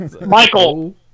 Michael